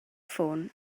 ffôn